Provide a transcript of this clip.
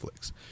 Netflix